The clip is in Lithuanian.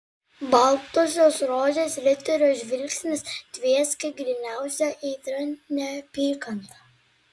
baltosios rožės riterio žvilgsnis tvieskė gryniausia aitria neapykanta